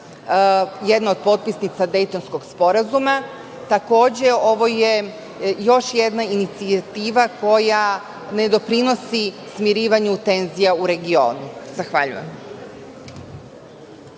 jedna od potpisnica Dejtonskog sporazuma. Takođe, ovo je još jedna inicijativa koja ne doprinosi smirivanju tenzija u regionu. Hvala.